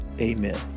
amen